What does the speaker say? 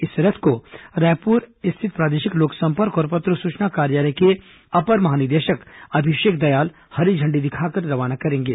इस रथ को रायपुर प्रादेशिक लोकसंपर्क और पत्र सुचना कार्यालय के अपर महानिदेशक अभिषेक दयाल हरी झण्डी दिखाकर रवाना करेंगे